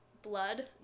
blood